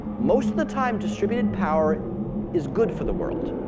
most of the time distributed power is good for the world.